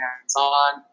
hands-on